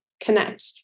connect